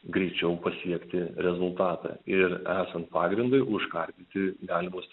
greičiau pasiekti rezultatą ir esant pagrindui užkardyti galimus